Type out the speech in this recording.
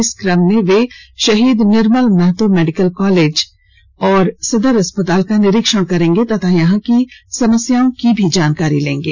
इस क्रम में वो शहीद Nirmal Mahato medical college SNMMCH और सदर अस्पताल का निरीक्षण करेंगे और यहाँ की समस्याओं की भी जानकारी लेंगे